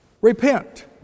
repent